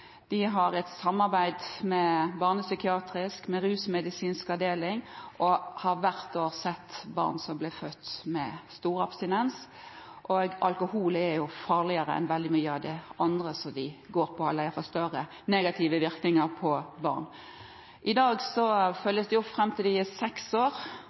De har et samarbeid med barnepsykiatrisk avdeling, med rusmedisinsk avdeling og har hvert år sett barn som blir født med stor abstinens. Alkohol er jo farligere enn veldig mye av det andre som de går på når det det gjelder negative virkninger på barn. I dag følges barna opp fram til de er seks år.